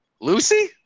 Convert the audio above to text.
Lucy